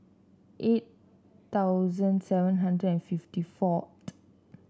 eight thousand seven hundred and fifty fourth